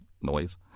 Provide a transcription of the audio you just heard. noise